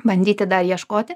bandyti dar ieškoti